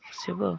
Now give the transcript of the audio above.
ଆସିବ